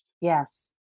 Yes